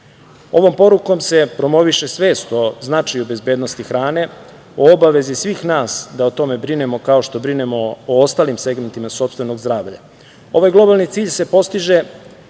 Ovom porukom se promoviše svest o značaju bezbednosti hrane, o obavezi svih nas da o tome brinemo, kao što brinemo o ostalim segmentima sopstvenog zdravlja. Ovaj globalni cilj se postiže